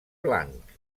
blanc